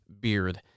beard